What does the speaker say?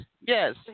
yes